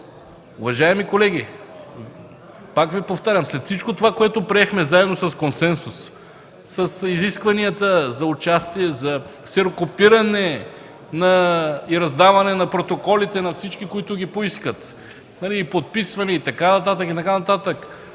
Уважаеми колеги, пак повтарям. При всичко това, което заедно приехме с консенсус, с изискванията за участие, за ксерокопиране и раздаване на протоколите на всички, които ги поискат, подписване и така нататък,